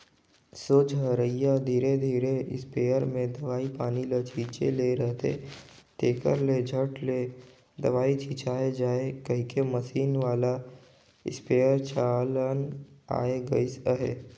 सोझ हरई धरे धरे इस्पेयर मे दवई पानी ल छीचे ले रहथे, तेकर ले झट ले दवई छिचाए जाए कहिके मसीन वाला इस्पेयर चलन आए गइस अहे